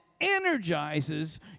energizes